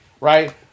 Right